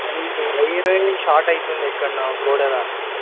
wire wire short అయితుంది ఎక్కడనో గోడ కావచ్చు